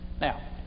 Now